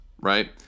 right